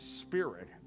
spirit